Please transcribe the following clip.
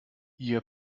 ihr